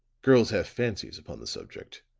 girls have fancies upon the subject,